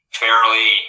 fairly